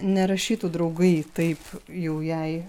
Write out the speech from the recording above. nerašytų draugai taip jau jai